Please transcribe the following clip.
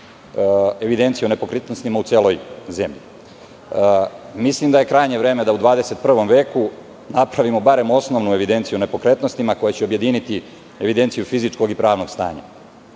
evidenciju o nepokretnostima u celoj zemlji. Mislim da je krajnje vreme da u 21. veku napravimo barem osnovnu evidenciju o nepokretnostima, koja će objediniti evidenciju fizičkog i pravnog